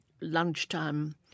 lunchtime